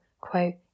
quote